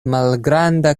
malgranda